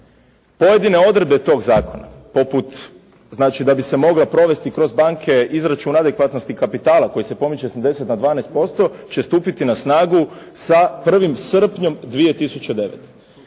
pojedine odredbe tog zakona poput, znači da bi se mogla provesti kroz banke izračun adekvatnosti kapitala koji se pomiče s 10 na 12% će stupiti na snagu sa 1. srpnjem 2009.